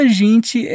gente